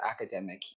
academic